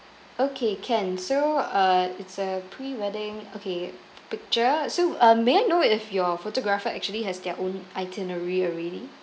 okay can so uh it's a pre wedding okay picture so uh may I know if your photographer actually has their own itinerary already